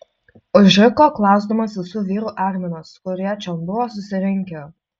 užriko klausdamas visų vyrų arminas kurie čion buvo susirinkę